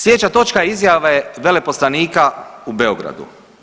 Slijedeća točka je izjave veleposlanika u Beogradu.